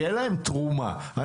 כי אין להם תרומה שם,